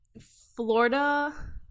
Florida